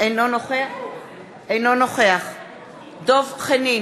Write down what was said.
אינו נוכח דב חנין,